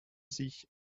sich